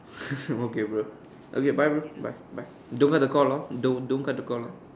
okay bro okay bye bro bye bye don't cut the call ah don't don't cut the call ah